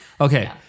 Okay